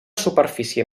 superfície